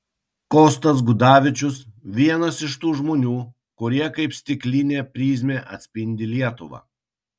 kostas gudavičius vienas iš tų žmonių kurie kaip stiklinė prizmė atspindi lietuvą